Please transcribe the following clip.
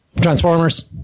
Transformers